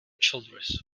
childress